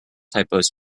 typos